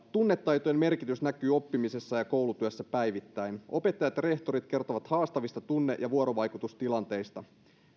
tunnetaitojen merkitys näkyy oppimisessa ja koulutyössä päivittäin opettajat ja rehtorit kertovat haastavista tunne ja vuorovaikutustilanteista